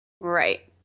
Right